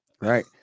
right